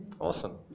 Awesome